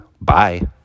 Bye